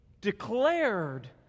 declared